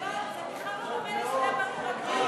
זה בכלל לא דומה לשדה-בריר, אדוני.